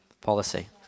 policy